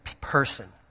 person